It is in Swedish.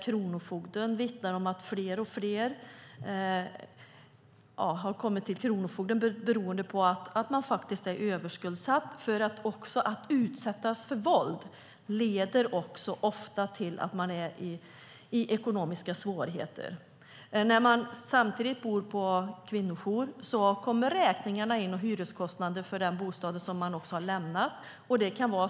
Kronofogden vittnar om att allt fler har hamnat hos kronofogden för att de är överskuldsatta. Att utsättas för våld leder också ofta till att man hamnar i ekonomiska svårigheter. När man bor på kvinnojour fortsätter räkningarna och hyreskostnaderna för den bostad som man har lämnat att komma.